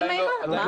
בעניין.